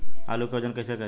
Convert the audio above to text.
आलू के वजन कैसे करी?